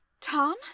Tom